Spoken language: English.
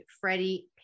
Freddie